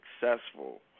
successful